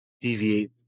deviate